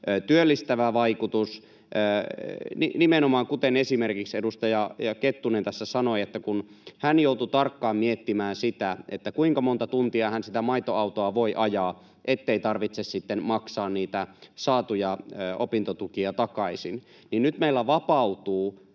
työllistävä vaikutus. Nimenomaan, kuten esimerkiksi edustaja Kettunen tässä sanoi, että kun hän joutui tarkkaan miettimään sitä, kuinka monta tuntia hän sitä maito-autoa voi ajaa, ettei tarvitse sitten maksaa niitä saatuja opintotukia takaisin, niin nyt meillä vapautuu